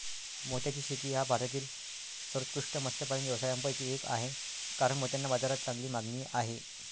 मोत्याची शेती हा भारतातील सर्वोत्कृष्ट मत्स्यपालन व्यवसायांपैकी एक आहे कारण मोत्यांना बाजारात चांगली मागणी आहे